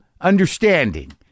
understanding